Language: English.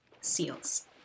Seals